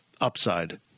upside